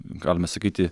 galima sakyti